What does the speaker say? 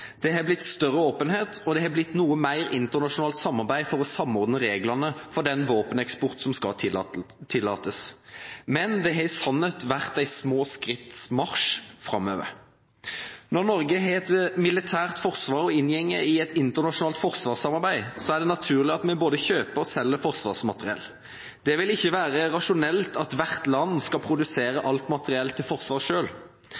det har blitt større åpenhet, og det har blitt noe mer internasjonalt samarbeid for å samordne reglene for den våpeneksport som skal tillates. Men det har i sannhet vært de små skritts marsj framover. Når Norge har et militært forsvar og inngår i et internasjonalt forsvarssamarbeid, er det naturlig at vi både kjøper og selger forsvarsmateriell. Det vil ikke være rasjonelt at hvert land skal produsere